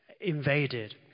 invaded